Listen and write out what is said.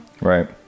right